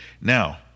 Now